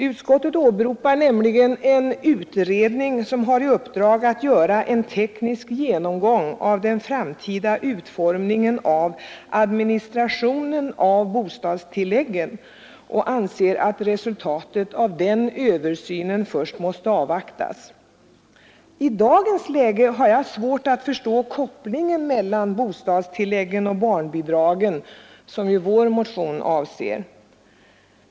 Utskottet åberopar en utredning, som har i uppdrag att göra en teknisk genomgång av den framtida utformningen och administrationen av bostadstilläggen, och anser att resultatet av den översynen först måste avvaktas. I dagens läge har jag svårt att förstå kopplingen mellan bostadstilläggen och barnbidragen, som ju vår motion avser.